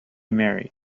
married